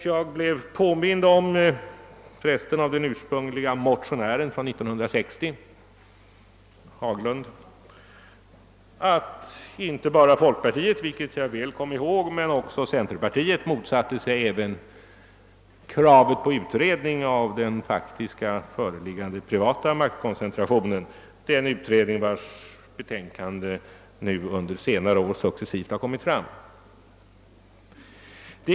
Jag har för övrigt av den ursprunglige motionären från 1960, herr Haglund, blivit påmind om att inte bara folkpartiet — vilket jag väl kom ihåg — utan också centerpartiet motsatte sig även kravet på utredning av den faktiskt föreliggande privata maktkoncen trationen, den utredning vars betänkande under senare år successivt har offentliggjorts.